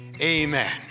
amen